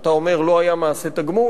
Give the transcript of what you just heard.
אתה אומר, לא היה מעשה תגמול.